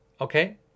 okay